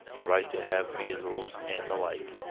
the right to have measles, and the like.